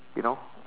you know